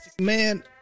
man